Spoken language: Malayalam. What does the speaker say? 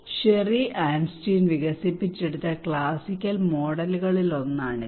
ഷെറി ആർൻസ്റ്റീൻ വികസിപ്പിച്ചെടുത്ത ക്ലാസിക്കൽ മോഡലുകളിൽ ഒന്നാണിത്